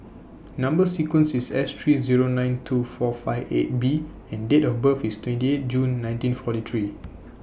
Number sequence IS S three Zero nine two four five eight B and Date of birth IS twenty eight June nineteen forty three